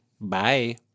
Bye